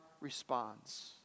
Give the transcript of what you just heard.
Responds